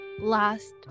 last